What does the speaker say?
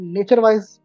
Nature-wise